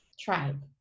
tribe